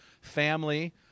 family